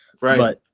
Right